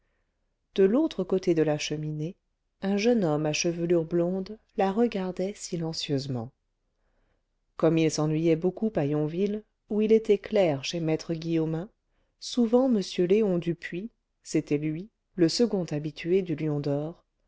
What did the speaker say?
de l'autre côté de la cheminée un jeune homme à chevelure blonde la regardait silencieusement comme il s'ennuyait beaucoup à yonville où il était clerc chez maître guillaumin souvent m léon dupuis